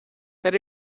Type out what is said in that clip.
that